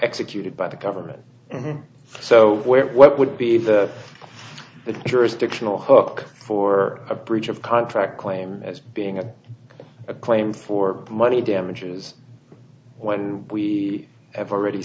executed by the government so what would be the jurisdictional hook for a breach of contract claim as being a claim for money damages when we have already